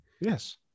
Yes